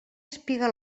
espiga